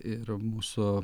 ir mūsų